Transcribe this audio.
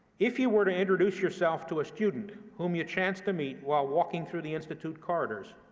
if you were to introduce yourself to a student whom you chance to meet while walking through the institute corridors,